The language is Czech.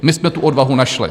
My jsme tu odvahu našli.